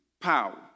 power